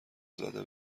زده